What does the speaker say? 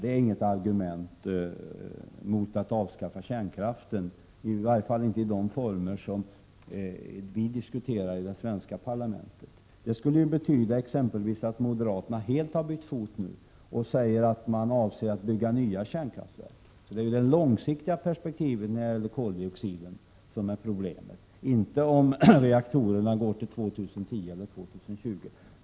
Det här utgör inte något argument för ett avskaffande av kärnkraften — i varje fall inte i de former som vi i det svenska parlamentet diskuterar. Det skulle ju exempelvis betyda att moderaterna helt har bytt fot, att man nu avser att bygga nya kärnkraftverk. Men beträffande koldioxiden är det ju det långsiktiga perspektivet som är problemet. Problemet är alltså inte om reaktorerna går till 2010 eller 2020.